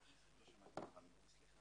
יש תקלה אצלנו,